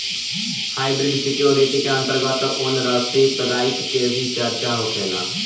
hybrid security के अंतर्गत ownership right के भी चर्चा होखेला